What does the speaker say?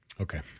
Okay